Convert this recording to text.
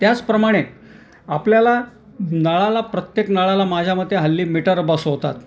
त्याचप्रमाणे आपल्याला नळाला प्रत्येक नळाला माझ्या मते हल्ली मीटर बसवतात